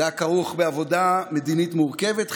זה היה כרוך בעבודה מדינית מורכבת,